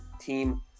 Team